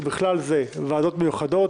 ובכלל זה ועדות מיוחדות,